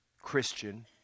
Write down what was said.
Christian